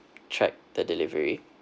track the delivery